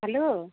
hello